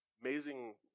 amazing